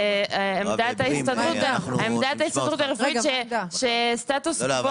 עמדת ההסתדרות הרפואית היא שיש את הסטטוס קוו